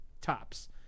tops